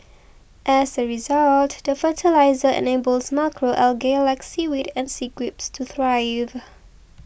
as a result the fertiliser enables macro algae like seaweed and sea grapes to thrive